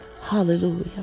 Hallelujah